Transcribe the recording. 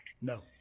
No